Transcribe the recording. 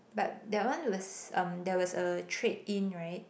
but that one was em there was a trade in right